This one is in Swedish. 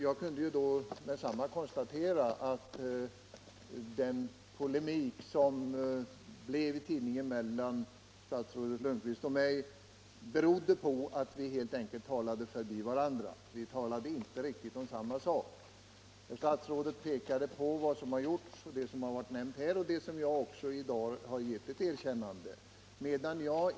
Då kunde jag med detsamma konstatera att den polemik som uppstod i tidningen mellan statsrådet Lundkvist och mig berodde på att vi helt enkelt talade förbi varandra. Vi talade inte riktigt om samma sak. Statsrådet pekade på vad som har gjorts — det som nämnts här och som jag också i dag gett ett erkännande.